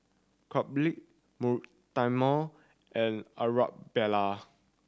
Caleb Mortimer and Arabella